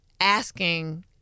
asking